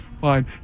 fine